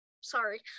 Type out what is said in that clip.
Sorry